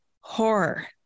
horror